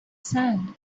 sand